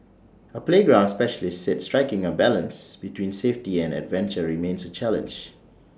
A playground specialist said striking A balance between safety and adventure remains A challenge